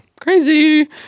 Crazy